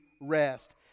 rest